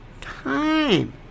time